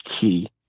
key